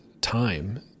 time